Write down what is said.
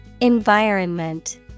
Environment